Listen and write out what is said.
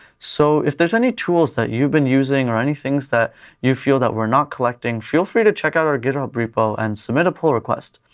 so if there's any tools that you've been using or any things that you feel that we're not collecting, feel free to check out our github repo and submit a pull request.